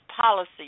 policy